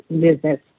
business